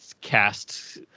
cast